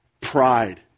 pride